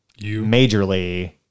majorly